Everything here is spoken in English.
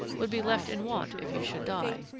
would be left in want if you should die,